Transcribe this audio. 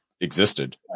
existed